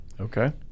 Okay